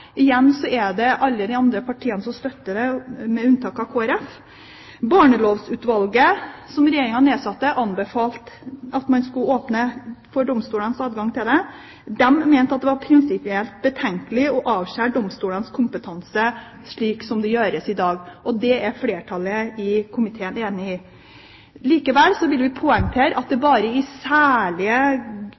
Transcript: Igjen er det alle de andre partiene som støtter det, med unntak av Kristelig Folkeparti. Barnelovutvalget, som Regjeringen nedsatte, anbefalte at man skulle åpne for domstolenes adgang til dette. De mente det var prinsipielt betenkelig å beskjære domstolenes kompetanse slik som det gjøres i dag. Og det er flertallet i komiteen enig i. Likevel vil vi poengtere at det bare i særlige